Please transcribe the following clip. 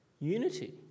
Unity